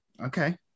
Okay